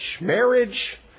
Marriage